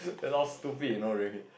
you know how stupid you know really